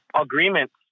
agreements